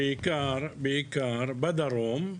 בעיקר בדרום,